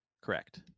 Correct